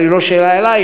אבל זה לא שאלה אלייך,